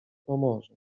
pomoże